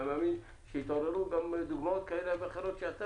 ואני מאמין שיתעוררו גם דוגמאות כאלה ואחרות שאתה